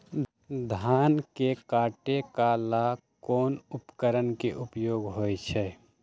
धान के काटे का ला कोंन उपकरण के उपयोग होइ छइ?